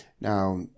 Now